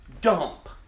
dump